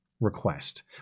request